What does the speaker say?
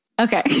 Okay